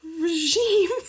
regime